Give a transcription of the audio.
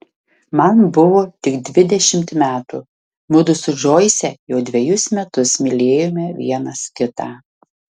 man buvo tik dvidešimt metų mudu su džoise jau dvejus metus mylėjome vienas kitą